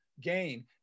gain